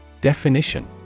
Definition